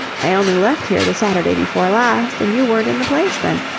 i only left here the saturday before last and you weren't in the place then.